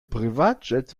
privatjet